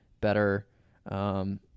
better